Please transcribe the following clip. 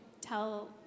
tell